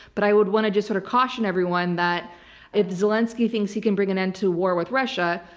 but i would want to just sort of caution everyone that if zelinsky thinks he can bring an end to war with russia,